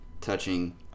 touching